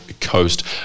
Coast